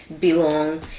belong